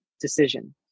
decision